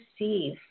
receive